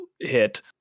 hit